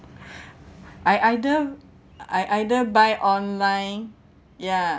I either I either buy online ya